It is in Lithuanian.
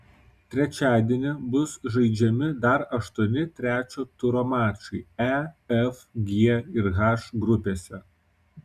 trečiadienį bus žaidžiami dar aštuoni trečio turo mačai e f g ir h grupėse